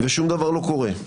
ושום דבר לא קורה.